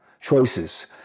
choices